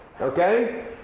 Okay